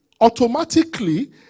automatically